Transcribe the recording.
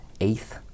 eighth